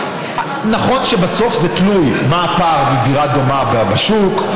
נכון שבסוף זה תלוי בפער לגבי דירה דומה בשוק,